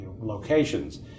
locations